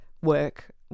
work